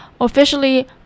officially